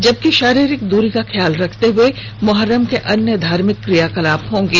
जबकि शारीरिक दूरी का ख्याल रखते हुए मुहर्रम के अन्य धार्मिक क्रियाकलाप होंगे